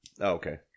Okay